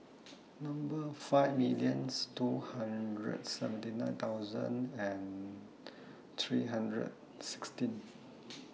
Number five millions two hundred seventy nine thousand and three hundred sixteen